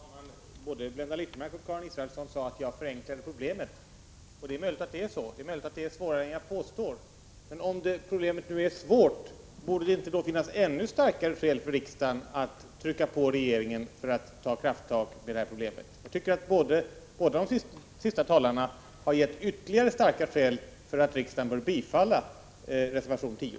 Herr talman! Både Blenda Littmarck och Karin Israelsson sade att jag förenklade problemet. Det är möjligt att det är så och att problemet är svårare än jag påstår. Men om det nu är svårt, borde det då inte finnas ännu starkare skäl för riksdagen att trycka på regeringen för att ta krafttag? Båda de senaste talarna har gett ytterligare starka skäl för att riksdagen bör bifalla reservation 10.